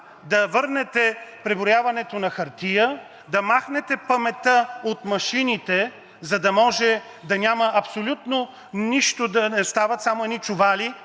да върнете преброяването на хартия, да махнете паметта от машините, за да може да няма абсолютно нищо, да остават само едни чували,